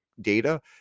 data